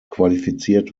qualifiziert